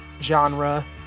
genre